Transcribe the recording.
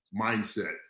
mindset